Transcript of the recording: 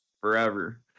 Forever